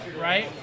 right